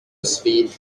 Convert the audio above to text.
speed